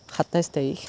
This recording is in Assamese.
সাতাইছ তাৰিখ